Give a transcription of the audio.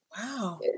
Wow